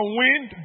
wind